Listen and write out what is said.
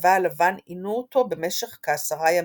מהצבא הלבן עינו אותו במשך כעשרה ימים.